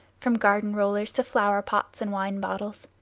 from garden rollers to flower-pots and wine-bottles.